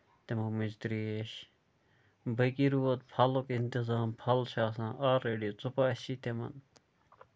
تِمو مٔنٛزۍ ترٛیش باقٕے روٗر پھلُک اِنتظام پھل چھُ آسان آل ریٚڈی ژُپاسے تہِ نہٕ